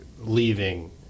leaving